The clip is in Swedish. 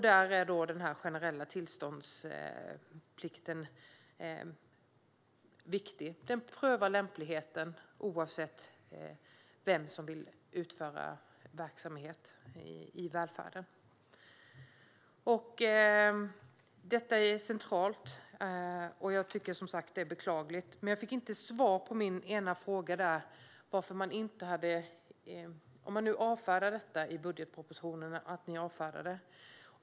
Där är den generella tillståndsplikten viktig för att man ska pröva lämpligheten oavsett vem som vill utföra verksamhet i välfärden. Detta är centralt, och jag tycker, som sagt, att det är beklagligt. Jag fick inte svar på min ena fråga om varför ni avfärdade detta i budgetpropositionen.